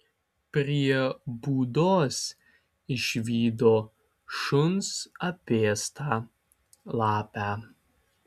prie būdos išvydo šuns apėstą lapę